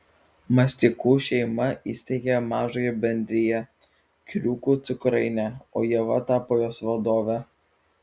masteikų šeima įsteigė mažąją bendriją kriūkų cukrainė o ieva tapo jos vadove